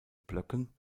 blöcken